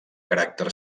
caràcter